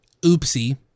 Oopsie